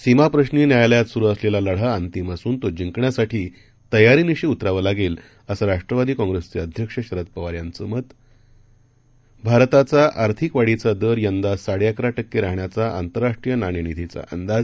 सीमाप्रश्रीन्यायालयातसुरुअसलेलालढाअंतिम असूनतोजिंकण्यासाठीतयारीनिशीउतरावंलागेलअसंराष्ट्रवादीकाँप्रेसचेअध्यक्षशरदपवारयांचं मत भारताचाआर्थिकवाढीचादरयंदासाडेअकराटक्केराहण्याचा आंतरराष्ट्रीयनाणेनिधीचा अंदाज